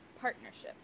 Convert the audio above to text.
partnerships